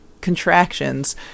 contractions